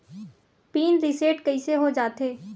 Pin reset कइसे हो जाथे?